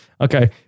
Okay